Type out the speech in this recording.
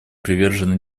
привержены